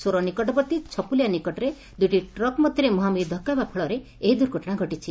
ସୋର ନିକଟବର୍ଭୀ ଛପୁଲିଆ ନିକଟରେ ଦୁଇଟି ଟ୍ରକ୍ ମଧ୍ଧରେ ମୁହାଁମୁହିଁ ଧକ୍ଷା ହେବା ଫଳରେ ଏହି ଦୁର୍ଘଟଣା ଘଟିଛି